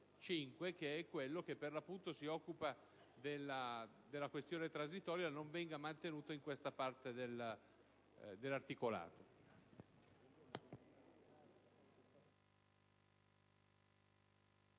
65 (quello che per l'appunto si occupa della fase transitoria) e non venisse mantenuta in questa parte dell'articolato.